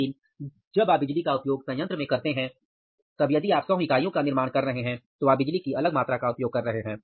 लेकिन जब आप बिजली का उपयोग संयंत्र में करते हैं तब यदि आप सौ इकाइयों का निर्माण कर रहे हैं तो आप बिजली की अलग मात्रा का उपयोग कर रहे हैं